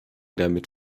damit